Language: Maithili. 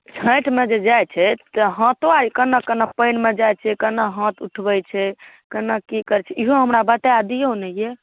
छइठमे जे जाइ छै तऽ हाथोआर कने कने पानिमे जाइ छै कोना हाथ उठबै छै कोना कि करै छै इहो हमरा बता दिऔ ने अइ